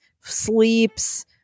sleeps